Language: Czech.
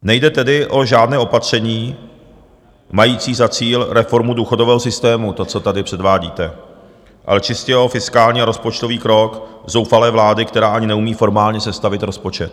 Nejde tedy o žádné opatření mající za cíl reformu důchodového systému, to, co tady předvádíte, ale čistě o fiskální a rozpočtový krok zoufalé vlády, která ani neumí formálně sestavit rozpočet.